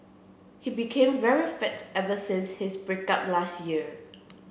he became very fit ever since his break up last year